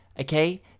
okay